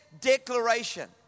declaration